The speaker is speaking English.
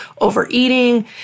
overeating